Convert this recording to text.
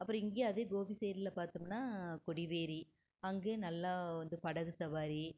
அப்புறம் இங்கே அதே கோபி சைட்டில் பார்த்தோம்னா கொடிவேரி அங்கே நல்லா வந்து படகு சவாரி